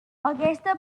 aquesta